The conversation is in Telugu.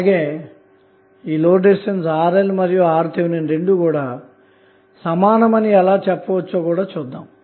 సరే RLమరియు RTh సమానమని ఎలా చెప్పవచ్చో చూద్దాం